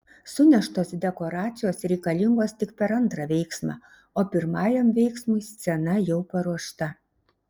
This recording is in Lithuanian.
suneštos dekoracijos reikalingos tik per antrą veiksmą o pirmajam veiksmui scena jau paruošta